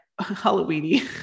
Halloweeny